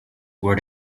were